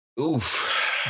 Oof